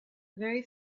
very